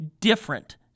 different